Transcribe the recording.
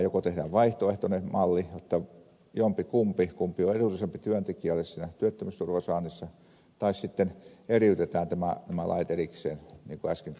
joko tehdään vaihtoehtoinen malli kumpi on edullisempi työntekijälle siinä työttömyysturvan saannissa tai sitten eriytetään nämä lait erikseen niin kuin äsken kuvasin